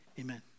amen